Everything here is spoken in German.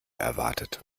erwartet